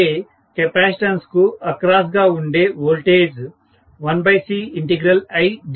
అయితే కెపాసిటన్స్ కు అక్రాస్ గా ఉండే వోల్టేజ్ 1Ci